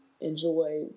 enjoy